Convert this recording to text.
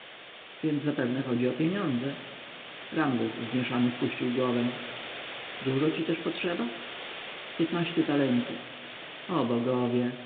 więc zapewne chodzi o pieniądze ramzes zmieszany spuścił głowę dużo ci też potrzeba piętnaście talentów o bogowie